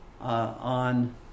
on